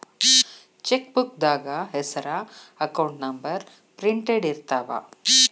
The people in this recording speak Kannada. ಚೆಕ್ಬೂಕ್ದಾಗ ಹೆಸರ ಅಕೌಂಟ್ ನಂಬರ್ ಪ್ರಿಂಟೆಡ್ ಇರ್ತಾವ